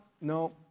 no